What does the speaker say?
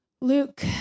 Luke